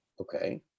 Okay